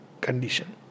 condition